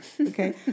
okay